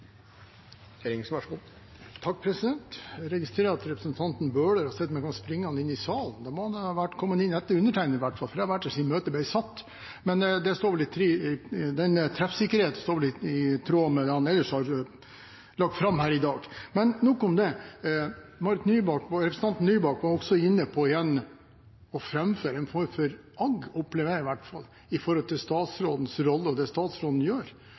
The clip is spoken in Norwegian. Bøhler har sett meg komme springende inn i salen. Da må han ha kommet inn etter undertegnende, for jeg har vært her siden møtet ble satt. Treffsikkerheten står i tråd med det han ellers har lagt fram her i dag. Nok om det. Representanten Marit Nybakk var igjen inne på og framførte en form for agg, det opplever jeg i hvert fall, mot statsrådens rolle og det statsråden gjør.